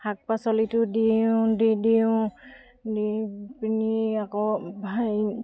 শাক পাচলিতো দিওঁ দি দিওঁ দি পিনি আকৌ হেৰি